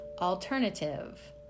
alternative